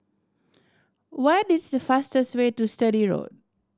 what is the fastest way to Sturdee Road